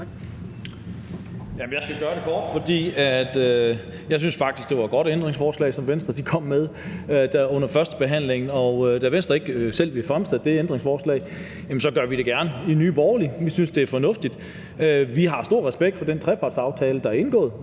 Jeg skal gøre det kort, fordi jeg synes faktisk, at det var et godt ændringsforslag, som Venstre kom med under førstebehandlingen, og da Venstre ikke selv ville stille det ændringsforslag, så gør vi det gerne i Nye Borgerlige. Vi synes, det er fornuftigt. Vi har stor respekt for den trepartsaftale, der er indgået.